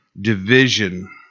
division